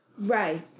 Ray